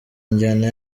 njyana